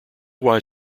why